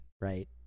right